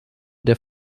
der